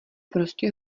prostě